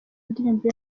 ndirimbo